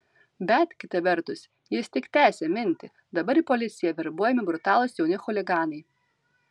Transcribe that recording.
bet kita vertus jis tik tęsė mintį dabar į policiją verbuojami brutalūs jauni chuliganai